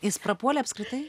jis prapuolė apskritai